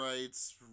rights